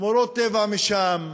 שמורות טבע משם.